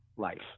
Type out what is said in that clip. life